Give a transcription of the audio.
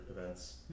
events